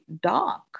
dark